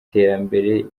iterambere